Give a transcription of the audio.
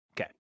Okay